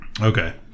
Okay